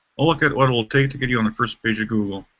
i'll look at what it will take to get you on the first page of google.